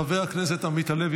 חבר הכנסת עמית הלוי,